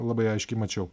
labai aiškiai mačiau